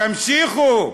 תמשיכו".